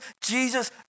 Jesus